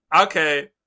okay